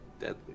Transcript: deadly